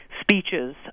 speeches